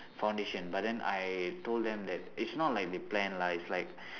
foundation but then I told them that it's not like they plan lah it's like